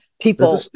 People